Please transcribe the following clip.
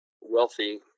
wealthy